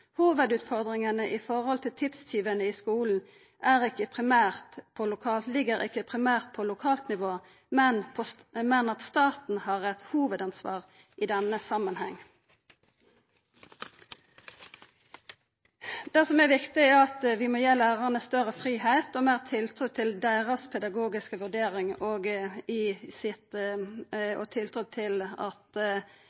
i forhold til tidstyvene i skolen –– ikke primært ligger på lokalt nivå, men at staten har et hovedansvar i denne sammenheng». Det som er viktig, er at vi må gi lærarane større fridom og ha meir tiltru til deira pedagogiske vurdering og